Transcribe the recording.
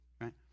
right